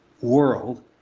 world